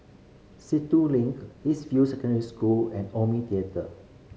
Sentul Link East View Secondary School and Omni Theatre